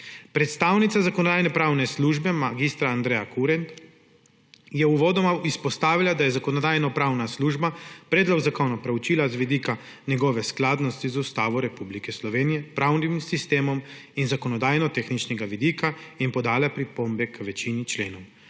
Predstavnica Zakonodajno-pravne službe mag. Andreja Kurent je uvodoma izpostavila, da je Zakonodajno-pravna služba predlog zakona preučila z vidika njegove skladnosti z Ustavo Republike Slovenije, pravnim sistemom in z zakonodajno-tehničnega vidika in podala pripombe k večini členov.